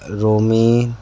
Rome